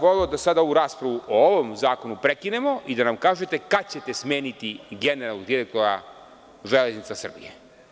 Voleo bih da sada ovu raspravu o ovom zakonu prekinemo i da nam kažete kada ćete smeniti generalnog direktora „Železnica Srbije“